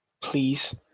please